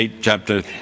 chapter